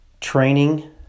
training